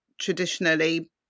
traditionally